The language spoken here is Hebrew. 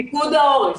פיקוד העורף.